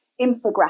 infographic